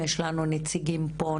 יש לנו נציגים פה,